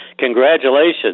Congratulations